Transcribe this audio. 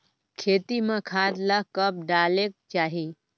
खेती म खाद ला कब डालेक चाही?